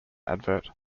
advert